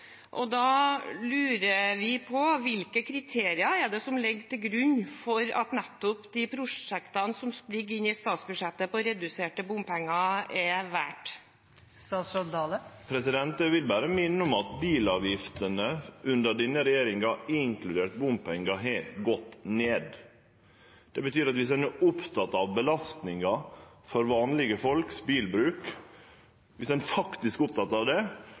Og da lurer vi på: Hvilke kriterier er det som ligger til grunn for at nettopp de prosjektene som ligger inne i statsbudsjettet for reduserte bompenger, er valgt? Eg vil berre minne om at bilavgiftene under denne regjeringa, inkludert bompengar, har gått ned. Det betyr at viss ein faktisk er oppteken av belastninga for vanlege folks bilbruk, burde ein stemme for regjeringas forslag til statsbudsjett og ikkje for sine eigne alternative statsbudsjett. Det